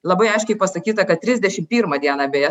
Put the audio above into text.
labai aiškiai pasakyta kad trisdešimt pirmą dieną beje